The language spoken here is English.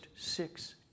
six